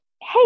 hey